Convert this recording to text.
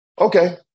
Okay